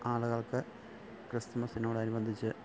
ആളുകൾക്ക് ക്രിസ്മസിനോട് അനുബന്ധിച്ച്